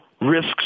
Risks